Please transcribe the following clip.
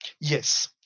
Yes